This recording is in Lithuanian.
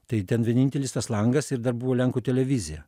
tai ten vienintelis tas langas ir dar buvo lenkų televizija